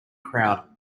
crowd